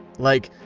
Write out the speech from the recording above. like,